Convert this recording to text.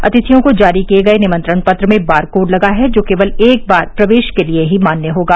अतिथियों को जारी किए गए निमंत्रण पत्र में बारकोड लगा है जो केवल एक बार प्रवेश के लिए ही मान्य होगा